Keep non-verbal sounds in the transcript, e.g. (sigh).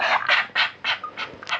(laughs)